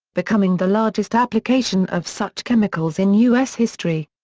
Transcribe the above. becoming the largest application of such chemicals in us history.